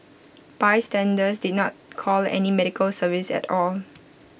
bystanders did not call any medical service at all